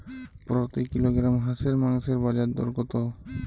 প্রতি কিলোগ্রাম হাঁসের মাংসের বাজার দর কত?